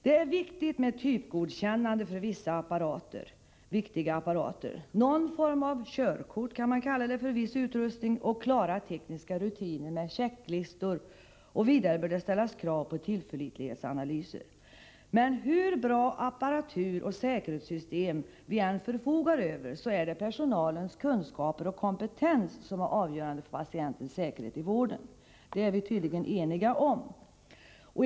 Det är viktigt med typgodkännande av vissa viktiga apparater, någon form av ”körkort” för viss utrustning och klara tekniska rutiner med checklistor. Vidare bör man ställa krav på tillförlitlighetsanalyser. Men hur bra apparatur och säkerhetssystem vi än förfogar över är det personalens kunskaper och kompetens som är avgörande för patientens säkerhet i vården. Detta är vi tydligen eniga om.